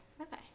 Okay